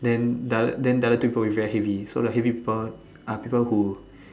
then the other then the other two people will very heavy so the heavy people are people who